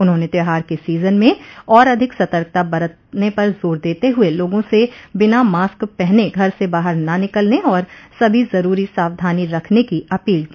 उन्होंने त्योहार के सीजन में और अधिक सतर्कता बरतने पर जोर देते हुए लोगों से बिना मास्क पहने घर से बाहर न निकलने और सभी जरूरी सावधानी रखने की अपील की